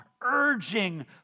urging